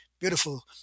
beautiful